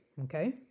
Okay